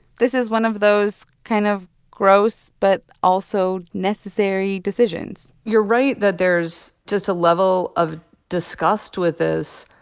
this is one of those kind of gross, but also necessary, decisions you're right that there's just a level of disgust with this.